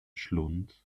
schlund